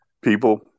people